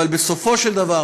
אבל בסופו של דבר,